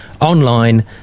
online